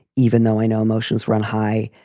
even though i know emotions run high.